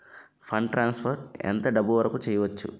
Fund transfer ఎంత డబ్బు వరుకు చేయవచ్చు?